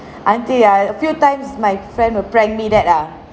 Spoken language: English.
until ah few times my friend will prank me that ah